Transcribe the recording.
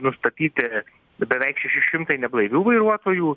nustatyti beveik šeši šimtai neblaivių vairuotojų